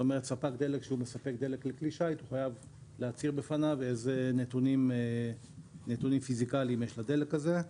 הספק חייב להצהיר בפני בעל כלי השיט אלו נתונים פיסיקליים יש לדלק הזה.